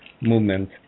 movement